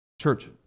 Church